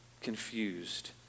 confused